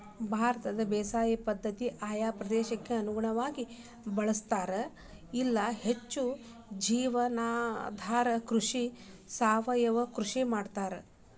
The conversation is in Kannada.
ಭಾರತದಾಗ ಬೇಸಾಯ ಪದ್ಧತಿಗಳನ್ನ ಆಯಾ ಪ್ರದೇಶಕ್ಕ ಅನುಗುಣವಾಗಿ ಬಳಸ್ತಾರ, ಇಲ್ಲಿ ಹೆಚ್ಚಾಗಿ ಜೇವನಾಧಾರ ಕೃಷಿ, ಸಾವಯವ ಕೃಷಿ ಮಾಡ್ತಾರ